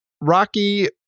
Rocky